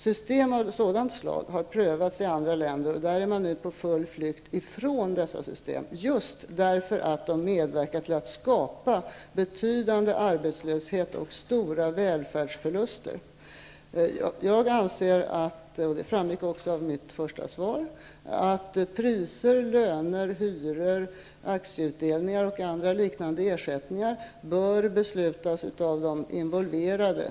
System av sådant slag har prövats i andra länder, och där är man nu på full flykt ifrån dessa system, just därför att de medverkar till att skapa betydande arbetslöshet och stora välfärdsförluster. Jag anser, vilket framgår av mitt svar, att priser, löner, hyror, aktieutdelningar och andra liknande ersättningar bör beslutas av de involverade.